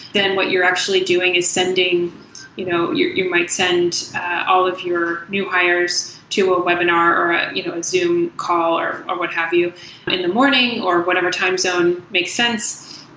then, what you're actually doing is sending you know you might send all of your new hires to a webinar or you know a zoom call or or what have you in the morning or whatever time zone makes sense,